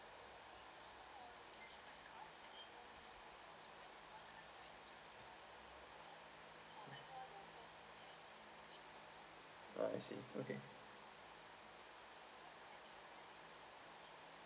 ah I see okay